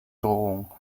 drohung